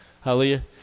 Hallelujah